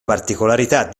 particolarità